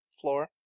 floor